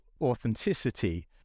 authenticity